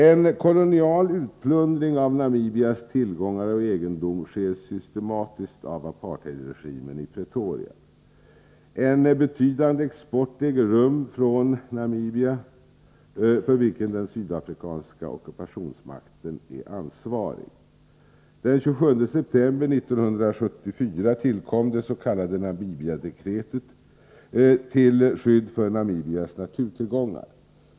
En kolonial utplundring av Namibias tillgångar och egendom sker systematiskt av apartheidregimen i Pretoria. En betydande export äger rum från Namibia för vilken den sydafrikanska ockupationsmakten är ansvarig. Den 27 september 1974 tillkom det s.k. Namibiadekretet till skydd för Namibias naturtillgångar.